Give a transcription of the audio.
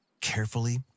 carefully